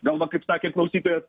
gal va kaip sakė klausytojas